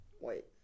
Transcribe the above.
wait